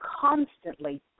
constantly